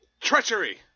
treachery